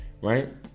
right